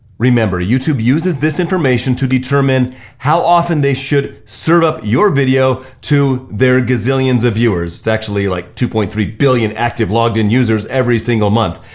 remember, youtube uses this information to determine how often they should serve up your video to their gazillions of viewers. it's actually like two point three billion active logged in users every single month.